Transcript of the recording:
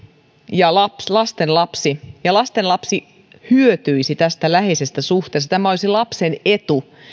ja lastenlapsi ja lastenlapsi hyötyisi tästä läheisestä suhteesta tämä olisi lapsen etu